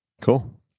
cool